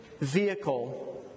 vehicle